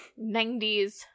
90s